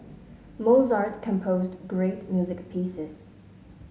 Mozart composed great music pieces